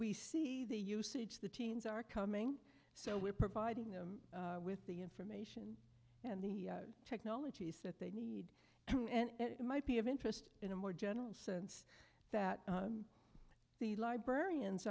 we see the usage the teens are coming so we're providing them with the inference and the technologies that they need and it might be of interest in a more general sense that the librarians